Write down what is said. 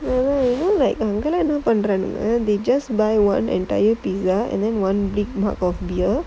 oh you know like அங்கெல்லாம் என்ன பண்றானுக:angellaam enna pandraanuga they just buy one entire pizza and then one big mug of beer